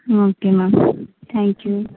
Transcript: ஓகேம்மா thank you